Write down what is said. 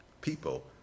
people